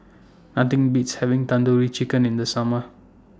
Nothing Beats having Tandoori Chicken in The Summer